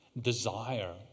desire